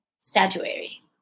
statuary